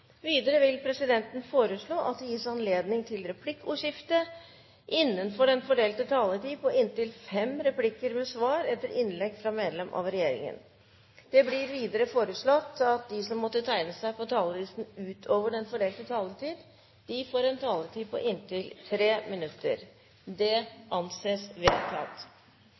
Videre vil presidenten foreslå at det gis anledning til replikkordskifte på inntil fem replikker med svar etter innlegg fra medlem av regjeringen innenfor den fordelte taletid. Det blir videre foreslått at de som måtte tegne seg på talerlisten utover den fordelte taletid, får en taletid på inntil 3 minutter. – Det anses vedtatt.